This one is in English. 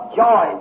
joy